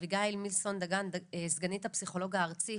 אביגיל מילסון-דגן סגנית הפסיכולוגיה הארצית.